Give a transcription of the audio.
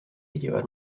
llevar